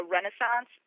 Renaissance